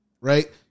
Right